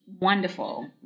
wonderful